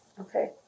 Okay